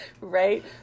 Right